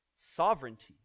sovereignty